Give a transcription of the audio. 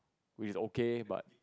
which is okay but